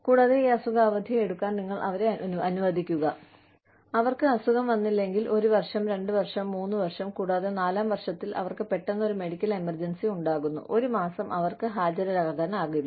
കൂടാതെ ഈ അസുഖ അവധി എടുക്കാൻ നിങ്ങൾ അവരെ അനുവദിക്കുക അവർക്ക് അസുഖം വന്നില്ലെങ്കിൽ ഒരു വർഷം രണ്ട് വർഷം മൂന്ന് വർഷം കൂടാതെ നാലാം വർഷത്തിൽ അവർക്ക് പെട്ടെന്ന് ഒരു മെഡിക്കൽ എമർജൻസി ഉണ്ടാകുന്നു ഒരു മാസം അവർക്ക് ഹാജരാകാനാവില്ല